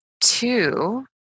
two